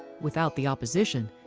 without the opposition,